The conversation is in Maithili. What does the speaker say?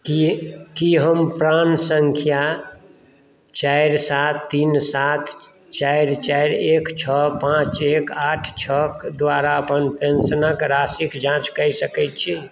की हम प्राण संख्या चारि सात तीन सात चारि चारि एक छओ पांच एक आठ छओ के द्वारा अपन पेंशनके राशिके जाँच कऽ सकै छी